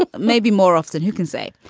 but maybe more often. who can say?